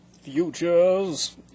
Futures